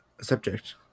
subject